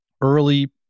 early